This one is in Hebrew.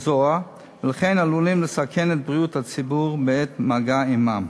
ולכן עלולים לסכן את בריאות הציבור בעת מגע עמם.